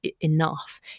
enough